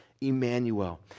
Emmanuel